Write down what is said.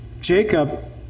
Jacob